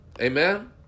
Amen